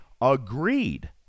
agreed